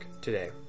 today